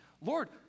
Lord